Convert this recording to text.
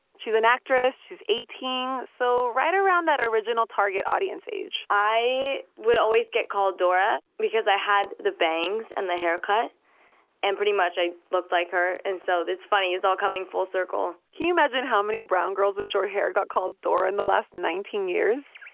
she's an actress. she's eighteen so right around that original target audience age i would always get called dora because i had the bangs and the haircut and, pretty much, i looked like her. and so it's funny. it's all coming full circle you imagine how many brown girls with short hair got called dora in the last nineteen years?